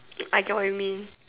I get what you mean